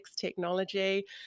technology